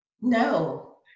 No